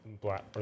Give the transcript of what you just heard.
Black